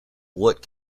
what